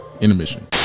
Intermission